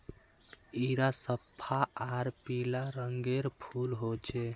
इरा सफ्फा आर पीला रंगेर फूल होचे